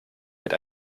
mit